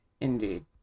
Indeed